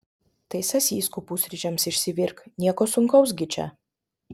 tai sasyskų pusryčiams išsivirk nieko sunkaus gi čia